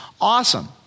Awesome